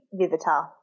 Vivitar